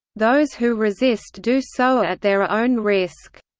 those who resist do so at their own risk.